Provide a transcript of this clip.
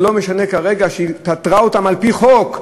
ולא משנה כרגע שהיא פטרה אותם על-פי חוק.